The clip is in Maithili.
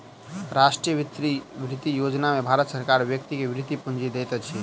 राष्ट्रीय वृति योजना में भारत सरकार व्यक्ति के वृति पूंजी दैत अछि